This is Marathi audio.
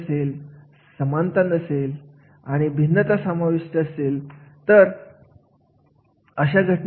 आता तुम्ही पाहत असाल की प्रत्येक संस्थेसाठी हे खूप महत्त्वाचे आहे की मनुष्यबळ माहिती पुस्तिका खूप योग्य पद्धतीने तयार केलेली असते